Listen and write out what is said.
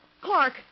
Clark